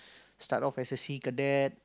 start off as a sea cadet